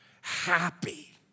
happy